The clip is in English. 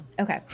Okay